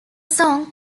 song